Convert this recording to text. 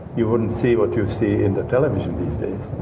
you wouldn't see what you see in the television these days